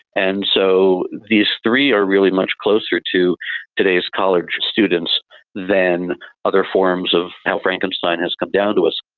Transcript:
and so these three are really much closer to today's college students than other forms of how frankenstein has come down to us.